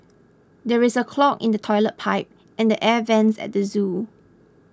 there is a clog in the Toilet Pipe and the Air Vents at the zoo